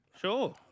Sure